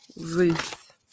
Ruth